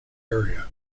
area